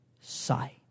sight